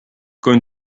con